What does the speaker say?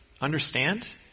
understand